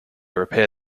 repair